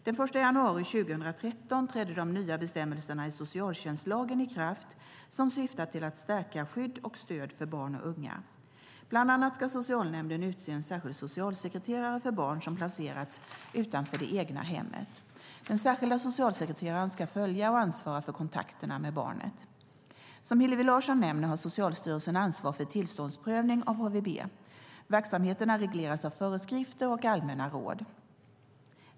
Den 1 januari 2013 trädde de nya bestämmelserna i socialtjänstlagen i kraft som syftar till att stärka skydd och stöd för barn och unga. Bland annat ska socialnämnden utse en särskild socialsekreterare för barn som placeras utanför det egna hemmet. Den särskilda socialsekreteraren ska följa och ansvara för kontakterna med barnet. Som Hillevi Larsson nämner har Socialstyrelsen ansvar för tillståndsprövning av HVB. Verksamheterna regleras av föreskrifter och allmänna råd.